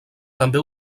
també